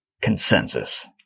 consensus